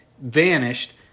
vanished